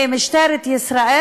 במשטרת ישראל,